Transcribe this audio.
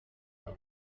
muri